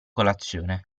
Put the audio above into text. colazione